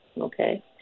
okay